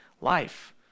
life